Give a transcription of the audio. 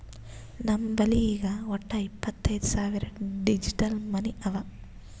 ನಮ್ ಬಲ್ಲಿ ಈಗ್ ವಟ್ಟ ಇಪ್ಪತೈದ್ ಸಾವಿರ್ ಡಿಜಿಟಲ್ ಮನಿ ಅವಾ